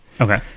okay